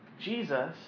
Jesus